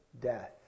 death